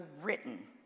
written